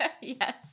Yes